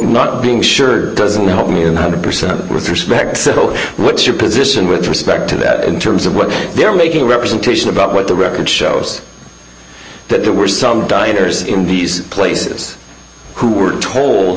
not being sure doesn't help me and one hundred percent with respect to what's your position with respect to that in terms of what they're making a representation about what the record shows that there were some dieters in these places who were told